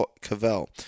Cavell